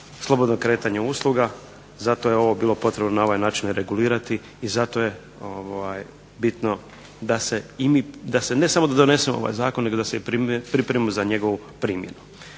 slobodno kretanje usluga, zato je bilo potrebno ovo na ovaj način regulirati i zato je bitno da se ne samo donese ovaj zakon nego da se pripremi za njegovu primjenu.